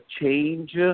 change